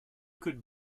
could